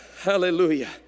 hallelujah